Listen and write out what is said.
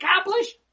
accomplish